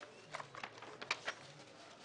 בכל מקום שכתוב 30 באוגוסט יהיה 8 בספטמבר.